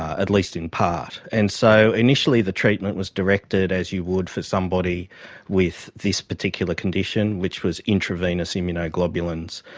at least in part. and so initially the treatment was directed as you would for somebody with this particular condition, which was intravenous immunoglobulins,